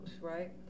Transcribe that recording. right